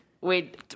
wait